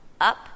up